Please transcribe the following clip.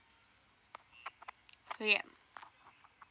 yup